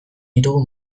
ditugu